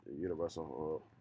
Universal